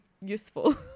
useful